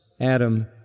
Adam